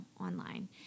online